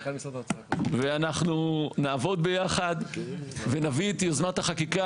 ואנחנו נעבוד יחד ונביא את יוזמת החקיקה,